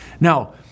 Now